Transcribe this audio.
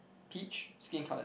peach skin coloured